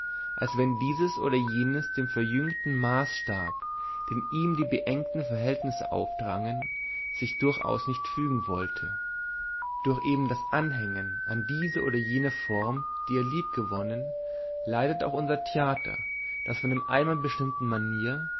als wenn dieses oder jenes dem verjüngten maßstab den ihm die beengten verhältnisse aufdrangen sich durchaus nicht fügen wollte durch eben das anhängen an diese oder jene form die er liebgewonnen leidet auch unser theater das von der einmal bestimmten manier